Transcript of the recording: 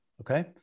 okay